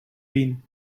been